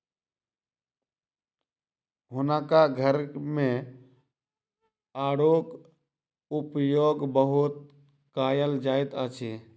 हुनका घर मे आड़ूक उपयोग बहुत कयल जाइत अछि